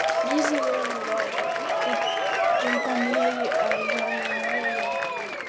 fryzai yra naudojami kaip kinkomieji ar jojamieji arkliai